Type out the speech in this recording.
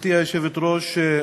גברתי היושבת-ראש,